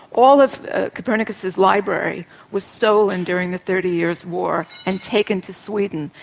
all of copernicus's library was stolen during the thirty years war and taken to sweden,